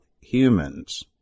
humans